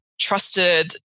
trusted